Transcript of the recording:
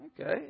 Okay